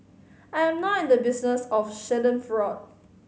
I am not in the business of schadenfreude